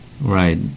Right